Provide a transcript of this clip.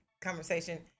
conversation